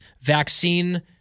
vaccine